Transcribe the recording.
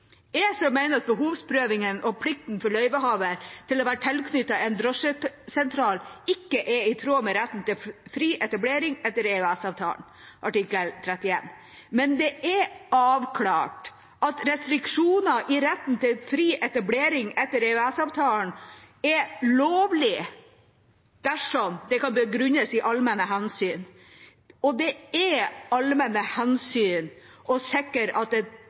ESA. ESA mener at behovsprøvingen og plikten for løyvehaver til å være tilknyttet en drosjesentral ikke er i tråd med retten til fri etablering etter EØS-avtalen artikkel 31. Men det er avklart at restriksjoner i retten til fri etablering etter EØS-avtalen er lovlig dersom det kan begrunnes i allmenne hensyn – og det er allmenne hensyn å sikre